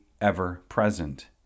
ever-present